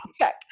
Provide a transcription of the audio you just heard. check